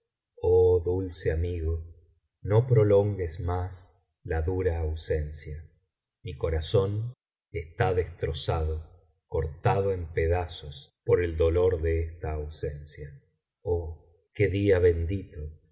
oh dulce amigo no prolongues más la dura ausencia mi corazón está destrozado cortado en pedazos por el dolor de esta ausencia oh qué día bendito